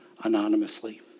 anonymously